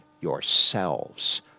yourselves